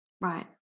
Right